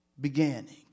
beginning